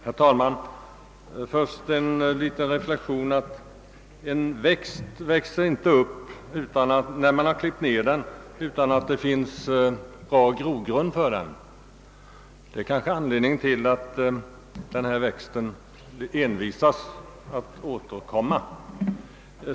Herr talman! Först en liten reflexion: En växt växer inte när den klippts ned utan att det finns bra grogrund för den. Detta är kanske anledningen till att den här »växten» envisas med att återkomma.